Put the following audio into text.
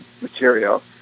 material